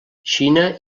xina